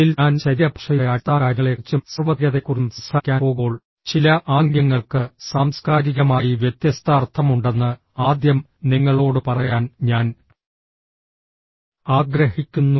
ഇതിൽ ഞാൻ ശരീരഭാഷയുടെ അടിസ്ഥാനകാര്യങ്ങളെക്കുറിച്ചും സാർവത്രികതയെക്കുറിച്ചും സംസാരിക്കാൻ പോകുമ്പോൾ ചില ആംഗ്യങ്ങൾക്ക് സാംസ്കാരികമായി വ്യത്യസ്ത അർത്ഥമുണ്ടെന്ന് ആദ്യം നിങ്ങളോട് പറയാൻ ഞാൻ ആഗ്രഹിക്കുന്നു